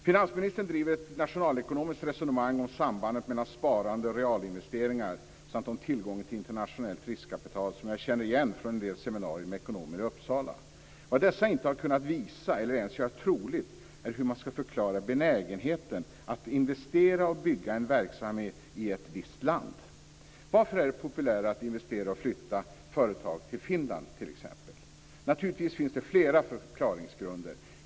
Finansministern driver ett nationalekonomiskt resonemang om sambandet mellan sparande och realinvesteringar samt om tillgång till internationellt riskkapital som jag känner igen från en del seminarier med ekonomer i Uppsala. Vad dessa inte har kunnat visa eller ens göra troligt är hur man skall förklara benägenheten att investera i och bygga en verksamhet i ett visst land. Varför är det t.ex. populärare att investera och flytta företag till Finland? Naturligtvis finns det flera förklaringsgrunder.